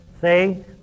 say